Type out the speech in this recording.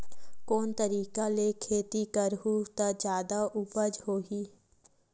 कोन तरीका ले खेती करहु त जादा उपज होही?